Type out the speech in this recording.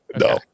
No